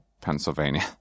Pennsylvania